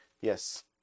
Yes